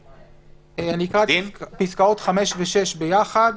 אני אקרא את פסקאות (5) ו-(6) ביחד.